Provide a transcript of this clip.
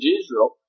Israel